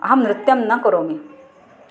अहं नृत्यं न करोमि